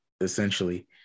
essentially